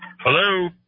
Hello